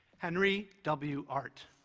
henry w. art,